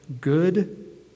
good